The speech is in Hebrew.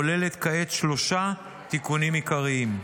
כוללת כעת שלושה תיקונים עיקריים.